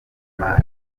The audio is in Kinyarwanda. maj